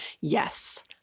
Yes